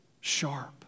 sharp